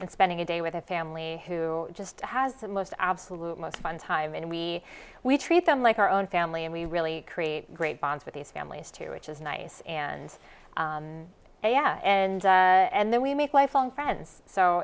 and spending a day with a family who just has the most absolute most fun time and we we treat them like our own family and we really create great bonds with these families too which is nice and a s and and then we make lifelong friends so